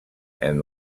and